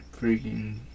freaking